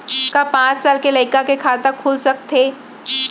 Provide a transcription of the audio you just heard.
का पाँच साल के लइका के खाता खुल सकथे?